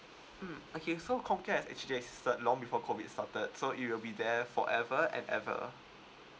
mm okay so comcare has actually assisted long before COVID started so it'll be there forever and ever